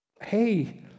hey